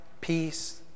peace